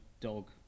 Dog